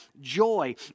joy